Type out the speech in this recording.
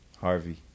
Harvey